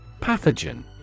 Pathogen